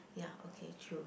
ya okay true